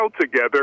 together